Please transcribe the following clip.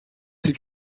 sie